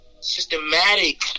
Systematic